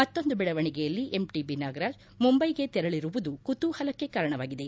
ಮತ್ತೊಂದು ಬೆಳವಣಿಗೆಯಲ್ಲಿ ಎಂಟಿಬಿ ನಾಗರಾಜ್ ಮುಂಬೈಗೆ ತೆರಳರುವುದು ಕುತುಹಲಕ್ಷೆ ಕಾರಣವಾಗಿದೆ